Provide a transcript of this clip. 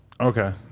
Okay